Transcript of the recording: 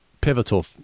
pivotal